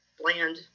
bland